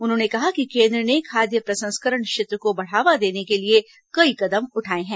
उन्होंने कहा कि केन्द्र ने खाद्य प्रसंस्करण क्षेत्र को बढ़ावा देने के लिए कई कदम उठाये हैं